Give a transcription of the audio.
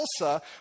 Elsa